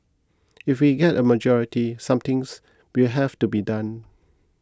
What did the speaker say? if we get a majority somethings will have to be done